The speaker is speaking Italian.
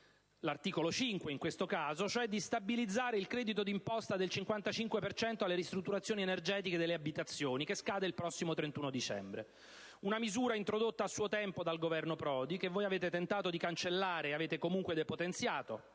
dell'articolo 5) di stabilizzare il credito d'imposta del 55 per cento per le ristrutturazioni energetiche delle abitazioni, che scade il prossimo 31 dicembre. Una misura introdotta a suo tempo dal Governo Prodi che voi avete tentato di cancellare e avete, comunque, depotenziato,